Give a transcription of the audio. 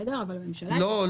אבל הממשלה יכולה להקדים --- לא.